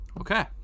Okay